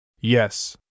Yes